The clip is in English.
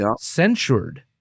censured